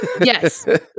yes